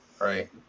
right